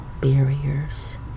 barriers